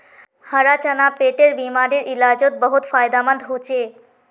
हरा चना पेटेर बिमारीर इलाजोत बहुत फायदामंद होचे